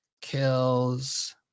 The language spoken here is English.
Kills